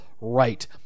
right